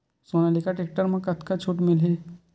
Sonalika tractor म कतका छूट मिलही?